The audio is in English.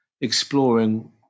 exploring